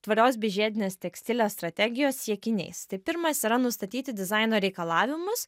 tvarios bei žiedinės tekstilės strategijos siekiniais tai pirmas yra nustatyti dizaino reikalavimus